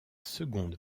seconde